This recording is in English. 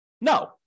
No